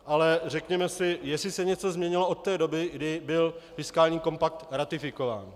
Ale řekněme si, jestli se něco změnilo od té doby, kdy byl fiskální kompakt ratifikován.